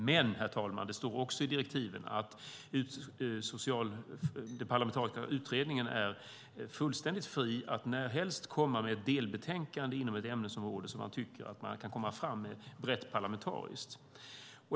Men, herr talman, det står också i direktiven att den parlamentariska utredningen är fullständigt fri att när som helst komma med ett delbetänkande inom ett ämnesområde man tycker att man kan komma fram i, brett parlamentariskt.